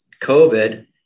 COVID